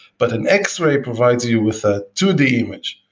but an x-ray provides you with a two d image.